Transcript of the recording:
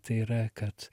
tai yra kad